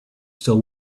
still